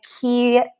key